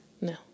No